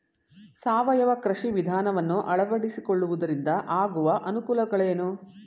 ಸಾವಯವ ಕೃಷಿ ವಿಧಾನವನ್ನು ಅಳವಡಿಸಿಕೊಳ್ಳುವುದರಿಂದ ಆಗುವ ಅನುಕೂಲಗಳೇನು?